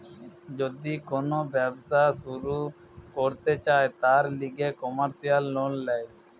যদি কোন ব্যবসা শুরু করতে চায়, তার লিগে কমার্সিয়াল লোন ল্যায়